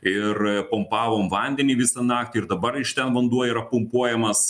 ir pumpavom vandenį visą naktį ir dabar iš ten vanduo yra pumpuojamas